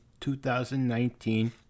2019